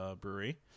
brewery